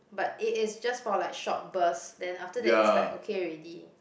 but it is just for like short burst then after that it's like okay already